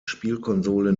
spielkonsole